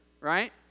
right